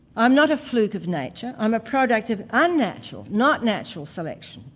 i'm not a fluke of nature i'm a product of unnatural, not natural, selection,